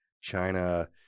China